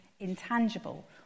intangible